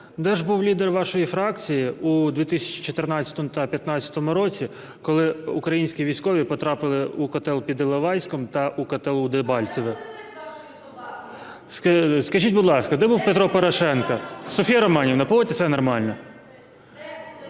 де ж був лідер вашої фракції у 2014-му та 2015 році, коли українські військові потрапили у котел під Іловайськом та у котел у Дебальцеве? Скажіть, будь ласка, де був Петро Порошенко? (Шум у залі) Софія Романівна, поводьте себе нормально!